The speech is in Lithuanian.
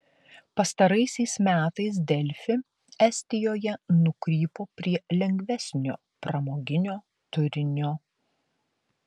pastaraisiais metais delfi estijoje nukrypo prie lengvesnio pramoginio turinio